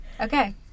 okay